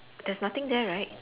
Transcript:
there's nothing there right